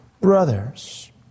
brothers